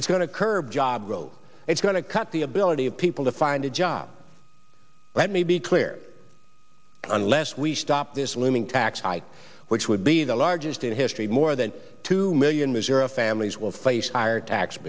it's going to curb job growth it's going to cut the ability of people to find a job let me be clear unless we stop this looming tax hike which would be the largest in history more than two million missouri families will face higher tax